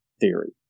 theory